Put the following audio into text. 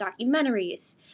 documentaries